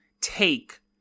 take